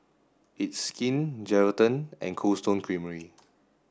it's Skin Geraldton and Cold Stone Creamery